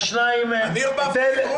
אני ערבבתי?